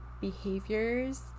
behaviors